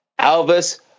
alvis